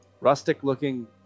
rustic-looking